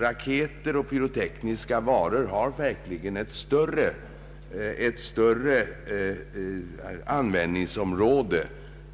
Raketer och pyrotekniska varor har verkligen ett större användningsområde